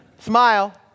Smile